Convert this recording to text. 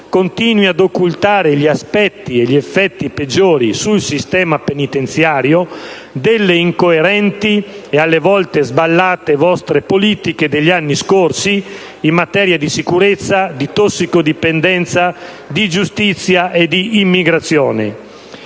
continui ad occultare gli aspetti e gli effetti peggiori sul sistema penitenziario delle incoerenti, e alle volte sballate, vostre politiche degli anni scorsi in materia di sicurezza, di tossicodipendenza, di giustizia e di immigrazione.